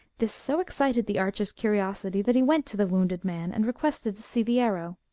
this so excited the archer's curiosity, that he went to the wounded man, and requested to see the arrow.